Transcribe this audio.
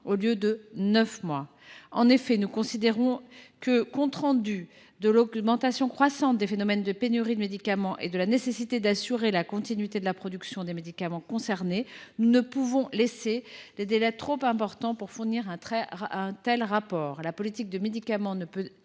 mois à six mois. En effet, nous considérons que, compte tenu de l’augmentation croissante du nombre de pénuries de médicaments et de la nécessité d’assurer la continuité de la production des médicaments concernés, nous ne pouvons laisser des délais trop importants pour fournir un tel rapport. La politique du médicament ne peut